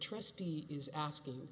trustee is asking